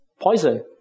poison